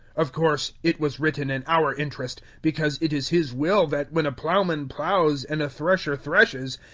of course, it was written in our interest, because it is his will that when a plough-man ploughs, and a thresher threshes,